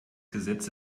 gesetz